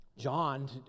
John